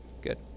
good